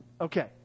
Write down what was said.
Okay